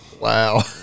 Wow